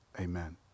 amen